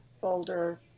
folder